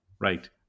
right